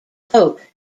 boat